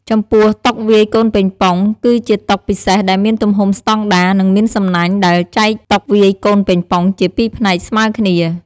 ចំពោះ តុវាយកូនប៉េងប៉ុង គឺជាតុពិសេសដែលមានទំហំស្តង់ដារ និងមានសំណាញ់ដែលចែកតុវាយកូនប៉េងប៉ុងជាពីផ្នែកស្មើគ្នា។